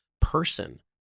person